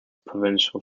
provincial